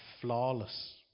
flawless